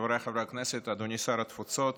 חבריי חברי הכנסת, אדוני שר התפוצות,